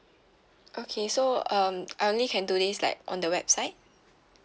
okay so um I only can do this like on the website